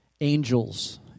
angels